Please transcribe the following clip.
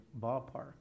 ballpark